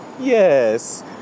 yes